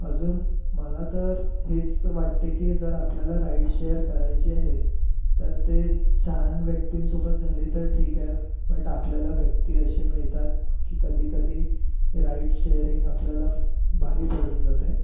अजून मला तर हेच वाटते की जर आपल्याला राईड शेअर करायची आहे तर ते छान व्यक्तींसोबत झाले तर ठीक आहे बट आपल्याला व्यक्ती असे मिळतात की कधीकधी हे राइड शेअरिंग आपल्याला भारी पडून जातं आहे